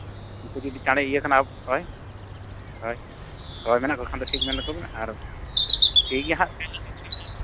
ᱩᱝᱠᱩ ᱡᱩᱫᱤ ᱪᱟᱬᱮ ᱤᱭᱟᱹ ᱠᱟᱱᱟ ᱦᱳᱭ ᱦᱳᱭ ᱦᱳᱭ ᱢᱮᱱᱟᱜ ᱠᱚ ᱠᱷᱟᱱ ᱫᱚ ᱴᱷᱤᱠ ᱢᱮᱱᱟᱠᱚ ᱵᱤᱱ ᱟᱨ ᱴᱷᱤᱠᱜᱮᱭᱟ ᱦᱟᱸᱜ ᱛᱟᱦᱞᱮ ᱮᱱᱠᱷᱟᱱ ᱫᱚ ᱦᱟᱸᱜ ᱦᱮᱸ